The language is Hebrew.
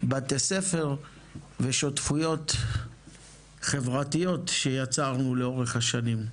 בתי ספר ושותפויות חברתיות שיצרנו לאורך השנים.